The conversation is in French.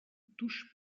touche